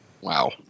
wow